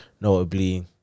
notably